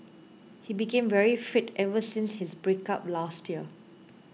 he became very fit ever since his breakup last year